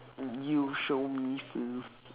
you show me first